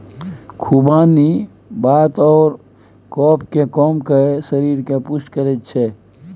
खुबानी वात आओर कफकेँ कम कए शरीरकेँ पुष्ट करैत छै